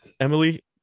Emily